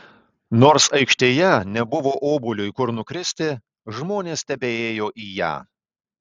nors aikštėje nebuvo obuoliui kur nukristi žmonės tebeėjo į ją